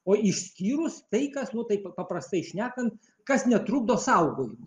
o išskyrus tai kas nu taip paprastai šnekant kas netrukdo saugojimui